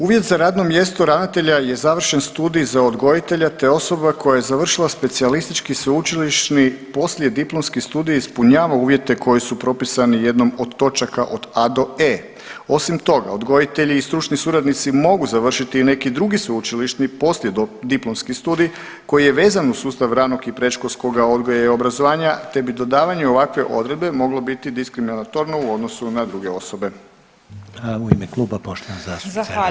Uvjet za radno mjesto ravnatelja je završen studij za odgojitelja, te osoba koja je završila specijalistički sveučilišni poslijediplomski studij ispunjava uvjete koji su propisani jednom od točaka od A do E. Osim toga, odgojitelji i stručni suradnici mogu završiti i neki drugi sveučilišni poslijediplomski studij koji je vezan uz sustav ranog i predškolskoga odgoja i obrazovanja, te bi dodavanje ovakve odredbe moglo biti diskriminatorno u odnosu na druge osobe.